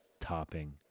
topping